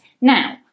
Now